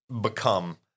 become